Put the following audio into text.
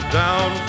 down